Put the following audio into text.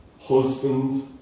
Husband